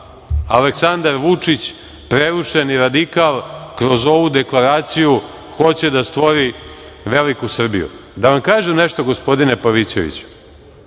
Aleksandar Vučić, prerušeni radikal, kroz ovu deklaraciju hoće da stvori veliku Srbiju. Da vam kažem nešto, gospodine Pavićeviću.